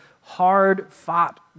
hard-fought